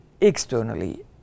Externally